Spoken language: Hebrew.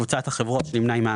בקבוצת החברות שהמפעל נמנה עימה,